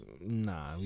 Nah